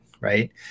Right